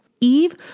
Eve